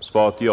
kvar.